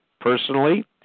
personally